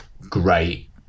great